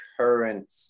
current